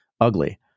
ugly